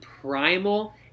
primal